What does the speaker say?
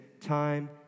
time